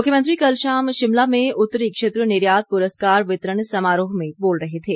मुख्यमंत्री कल शाम शिमला में उत्तरी क्षेत्र निर्यात पुरस्कार वितरण समारोह में बोल रहे थे